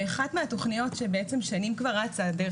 ואחת מהתכניות שבעצם שנים כבר רצה דרך